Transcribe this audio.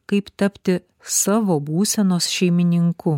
kaip tapti savo būsenos šeimininku